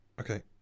Okay